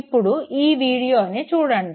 ఇప్పుడు ఈ వీడియోని చూడండి